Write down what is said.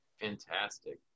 Fantastic